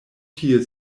tie